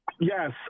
Yes